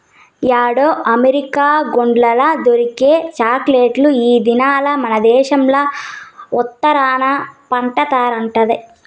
యాడో అమెరికా కొండల్ల దొరికే చాక్లెట్ ఈ దినాల్ల మనదేశంల ఉత్తరాన పండతండాది